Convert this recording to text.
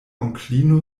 onklino